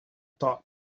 thought